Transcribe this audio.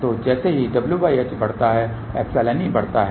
तो जैसे ही wh बढ़ता है εe बढ़ता है